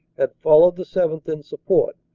had followed the seventh. in support,